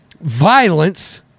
violence